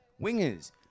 wingers